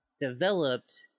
developed